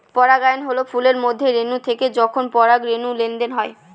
পরাগায়ন হল ফুলের মধ্যে রেনু থেকে যখন পরাগরেনুর লেনদেন হয়